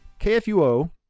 KFUO